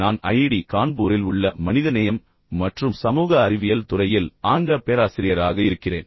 நான் ஐஐடி கான்பூரில் உள்ள மனிதநேயம் மற்றும் சமூக அறிவியல் துறையில் ஆங்கிலப் பேராசிரியராக இருக்கிறேன்